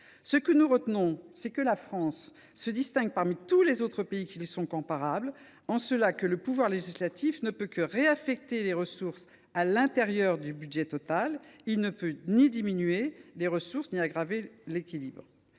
Ce que nous retenons, c’est que la France se distingue, parmi tous les autres pays qui lui sont comparables, en ce que le pouvoir législatif ne peut que réaffecter les ressources à l’intérieur du budget total ; il ne peut ni diminuer les ressources ni aggraver l’équilibre.